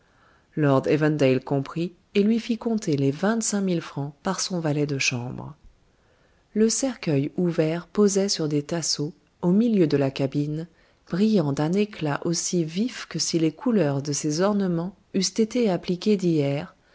lord evandale comprit et lui fit compter les vingt-cinq mille francs par son valet de chambre le cercueil ouvert posait sur des tasseaux au milieu de la cabine brillant d'un éclat aussi vif que si les couleurs de ses ornements eussent été appliquées d'hier